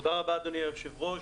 תודה רבה, אדוני היושב-ראש.